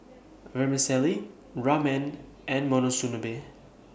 Vermicelli Ramen and Monsunabe